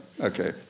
okay